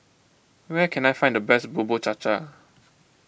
where can I find the best Bubur Cha Cha